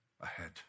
ahead